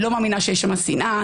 לא מאמינה שיש שם שנאה.